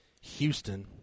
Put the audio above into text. Houston